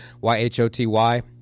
y-h-o-t-y